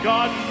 God